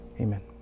amen